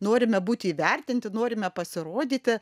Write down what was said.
norime būti įvertinti norime pasirodyti